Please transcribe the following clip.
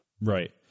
Right